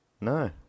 No